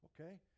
Okay